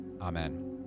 Amen